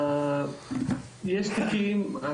יש תיקים,